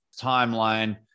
timeline